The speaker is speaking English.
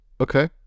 Okay